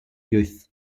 youth